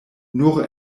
nur